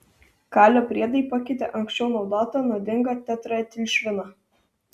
kalio priedai pakeitė anksčiau naudotą nuodingą tetraetilšviną